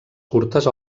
curtes